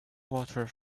water